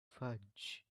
fudge